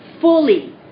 fully